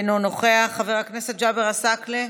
אינו נוכח, חבר הכנסת ג'אבר עסאקלה,